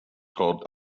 called